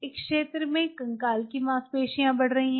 इस क्षेत्र में कंकाल की मांसपेशियां बढ़ रही हैं